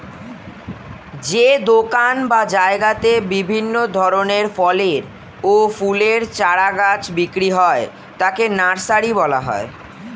যে দোকান বা জায়গাতে বিভিন্ন ধরনের ফলের ও ফুলের চারা গাছ বিক্রি হয় তাকে নার্সারি বলা হয়